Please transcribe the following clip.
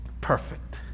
perfect